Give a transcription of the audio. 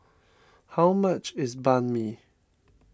how much is Banh Mi